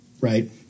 right